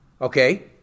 Okay